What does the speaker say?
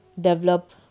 develop